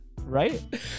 right